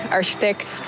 architect